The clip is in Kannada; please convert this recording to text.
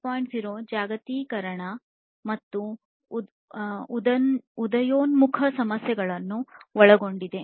0 ಜಾಗತೀಕರಣ ಮತ್ತು ಉದಯೋನ್ಮುಖ ಸಮಸ್ಯೆಗಳನ್ನು ಒಳಗೊಂಡಿದೆ